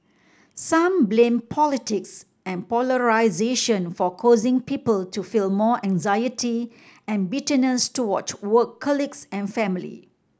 some blame politics and polarisation for causing people to feel more anxiety and bitterness toward work and family